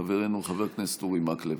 חברנו חבר הכנסת אורי מקלב.